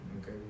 Okay